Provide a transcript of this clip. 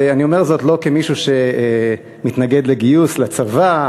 ואני אומר זאת לא כמישהו שמתנגד לגיוס לצבא.